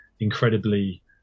incredibly